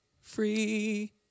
free